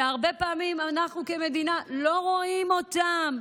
שהרבה פעמים אנחנו כמדינה לא רואים אותם,